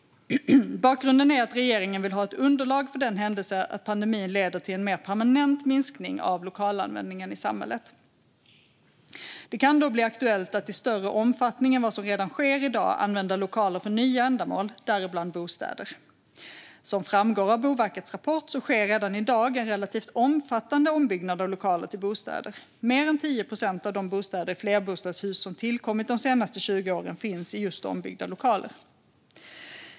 Bakgrunden är att regeringen vill ha ett underlag för den händelse att pandemin leder till en mer permanent minskning av lokalanvändningen i samhället. Det kan då bli aktuellt att i större omfattning än vad som redan sker i dag använda lokaler för nya ändamål, däribland bostäder. Som framgår av Boverkets rapport sker redan i dag en relativt omfattande ombyggnad av lokaler till bostäder - mer än 10 procent av de bostäder i flerbostadshus som tillkommit de senaste 20 åren finns just i ombyggda lokaler.